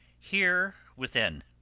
here within.